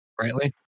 Rightly